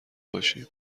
باشیم